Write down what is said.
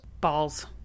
Balls